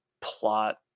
Plot